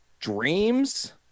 dreams